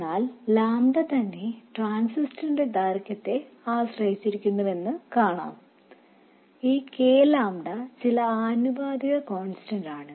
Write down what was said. എന്നാൽ ലാംഡ തന്നെ ട്രാൻസിസ്റ്ററിന്റെ ദൈർഘ്യത്തെ ആശ്രയിച്ചിരിക്കുന്നുവെന്നു കാണാം ഈ k ലാംഡ ചില ആനുപാതിക കോൺസ്റ്റന്റ് ആണ്